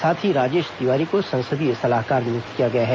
साथ ही राजेश तिवारी को संसदीय सलाहकार नियुक्त किया गया है